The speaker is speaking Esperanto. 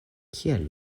kiel